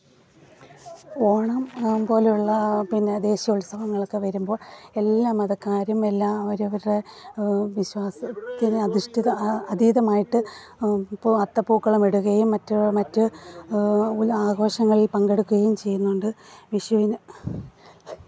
ഓണം പോലെയുള്ള പിന്നെ ദേശീയ ഉത്സവങ്ങളൊക്കെ വരുമ്പോൾ എല്ലാ മതക്കാരും എല്ലാ അവരവരുടെ വിശ്വാസത്തിന് അധിഷ്ഠിതമായ അതീതമായിട്ട് ഇപ്പോൾ അത്ത പൂക്കളം ഇടുകയും മറ്റും മറ്റ് ആഘോഷങ്ങളിൽ പങ്കെടുക്കുകയും ചെയ്യുന്നുണ്ട് വിഷുവിന്